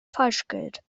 falschgeld